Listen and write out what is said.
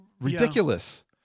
ridiculous